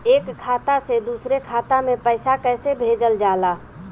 एक खाता से दुसरे खाता मे पैसा कैसे भेजल जाला?